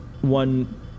one